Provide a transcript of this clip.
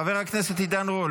חבר הכנסת עידן רול,